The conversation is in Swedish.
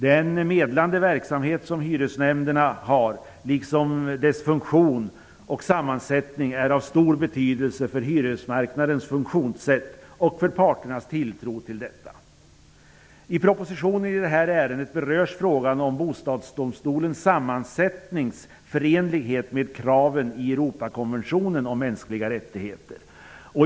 Den medlande verksamhet som hyresnämnderna har liksom deras funtion och sammansättning är av stor betydelse för hyresmarknadens funktionssätt och parternas tilltro till detta. I propostionen i detta ärende berörs frågan om Bostadsdomstolens sammansättning och dennas förenlighet med kraven i Europakonventionen om mänskliga rättigheter.